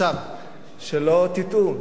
שלא תטעו,